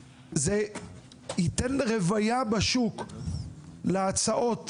זה ייתן רוויה בשוק להצעות